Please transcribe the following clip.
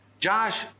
Josh